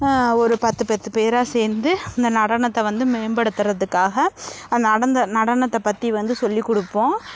ஒரு பத்து பத்து பேராக சேர்ந்து இந்த நடனத்தை வந்து மேம்படுத்தறதுக்காக நடந்த நடனத்தைப் பற்றி வந்து சொல்லிக் கொடுப்போம்